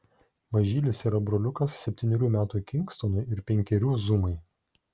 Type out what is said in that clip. mažylis yra broliukas septynerių metų kingstonui ir penkerių zumai